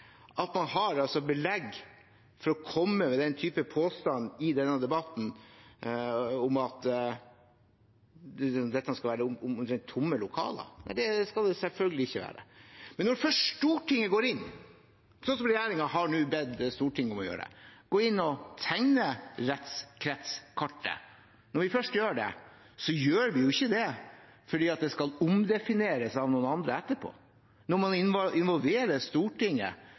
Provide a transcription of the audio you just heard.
at man har belegg for å komme med en type påstand i denne debatten om at dette skal være omtrent tomme lokaler. Nei, det skal det selvfølgelig ikke være. Men når først Stortinget går inn, sånn som regjeringen nå har bedt Stortinget om å gjøre, og tegner rettskretskartet – når vi først gjør det – gjør vi ikke det fordi det skal omdefineres av noen andre etterpå. Når man involverer Stortinget,